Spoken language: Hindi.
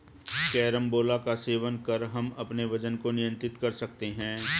कैरम्बोला का सेवन कर हम अपने वजन को नियंत्रित कर सकते हैं